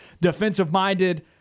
defensive-minded